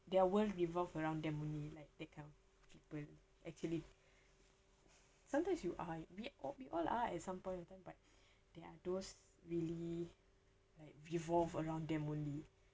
their world revolve around them only like that kind of people actually sometimes you are we all we all are at some point of time but there are those really like revolve around them only